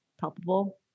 palpable